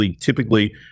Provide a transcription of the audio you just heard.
typically